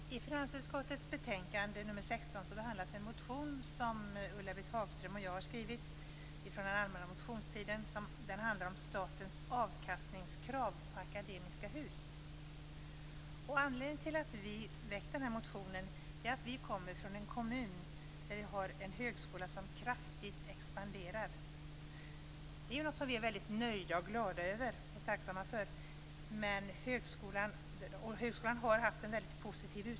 Fru talman! I finansutskottets betänkande 16 behandlas en motion som Ulla-Britt Hagström och jag väckte under den allmänna motionstiden. Den handlar om statens avkastningskrav på Akademiska Hus. Anledningen till att vi har väckt denna motion är att vi kommer från en kommun med en högskola som expanderar kraftigt. Det är något som vi är nöjda och glada över och tacksamma för. Högskolan har haft en positiv utveckling.